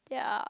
yeah